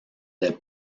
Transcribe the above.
del